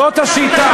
זאת השיטה.